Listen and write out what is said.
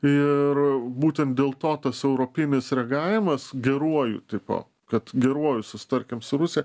ir būtent dėl to tas europinis reagavimas geruoju tipo kad geruoju susitarkim su rusija